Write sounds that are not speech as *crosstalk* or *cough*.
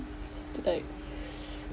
too tired *breath*